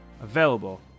available